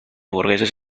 burgueses